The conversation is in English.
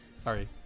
Sorry